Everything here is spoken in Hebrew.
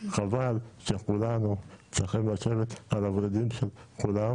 חבל שכולנו צריכים לשבת על הורידים של כולם